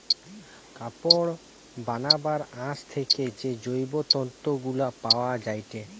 কাপড় বানাবার আঁশ থেকে যে জৈব তন্তু গুলা পায়া যায়টে